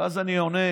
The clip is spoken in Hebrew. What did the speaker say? ואז אני עונה,